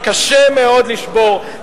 שקשה מאוד לשבור,